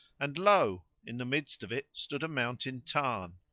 and lo! in the midst of it stood a mountain tarn.